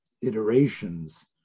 iterations